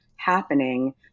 happening